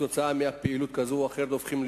וכתוצאה מפעילות כזו או אחרת הופכים,